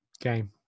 Game